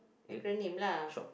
acronym lah